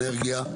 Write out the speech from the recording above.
האנרגיה.